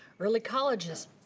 early colleges,